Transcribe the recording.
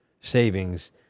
savings